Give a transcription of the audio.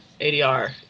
ADR